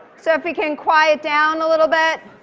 so if we can quiet down a little bit.